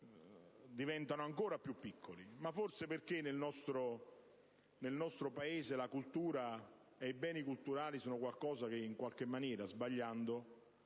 diventano ancora più piccoli. Ciò forse perché nel nostro Paese la cultura e i beni culturali sono qualcosa che, sbagliando,